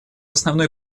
основной